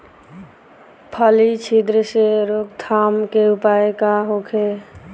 फली छिद्र से रोकथाम के उपाय का होखे?